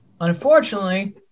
Unfortunately